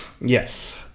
Yes